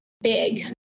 big